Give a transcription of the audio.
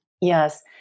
Yes